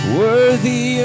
worthy